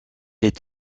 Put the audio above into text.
est